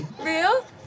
Real